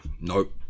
Nope